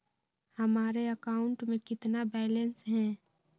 हमारे अकाउंट में कितना बैलेंस है?